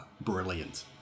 brilliant